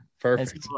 Perfect